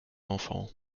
enfants